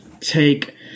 take